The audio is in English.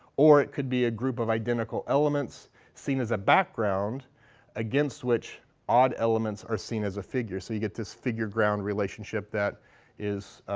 or it could be a group of identical elements seen as a background against which odd elements are seen as a figure. so you get this figure ground relationship that is,